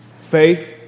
faith